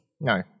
No